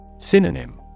synonym